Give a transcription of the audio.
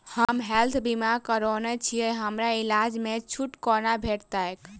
हम हेल्थ बीमा करौने छीयै हमरा इलाज मे छुट कोना भेटतैक?